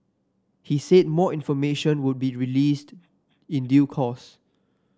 he said more information would be released in due course